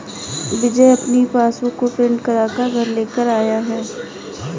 विजय अपनी पासबुक को प्रिंट करा कर घर लेकर आया है